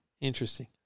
Interesting